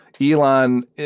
Elon